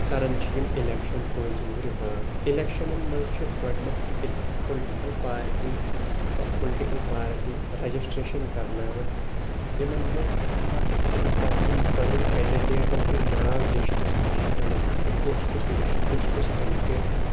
کران چھ یِمہٕ الٮ۪کشن پانٛژِ وٕہٕرۍ باد الٮ۪کشنن منٛز چھ گۄڈٕنٮ۪تھ political party political party registration کرناوان یِمن منٛز پتہٕ امہِ پتہٕ یِم پنٕنۍ کینڑڈیٹن ہٕنٛدۍ ناو لِسٹس منٛز چھ اَنان تہٕ کُس کُس لس کُس کُس کینڑِڈیٹ